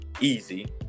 easy